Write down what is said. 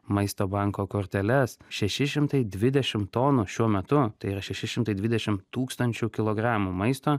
maisto banko korteles šeši šimtai dvidešim tonų šiuo metu tai yra šeši šimtai dvidešim tūkstančių kilogramų maisto